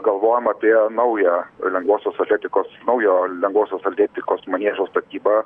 galvojam apie naują lengvosios atletikos naujo lengvosios atletikos maniežo statybą